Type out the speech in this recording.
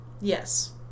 Yes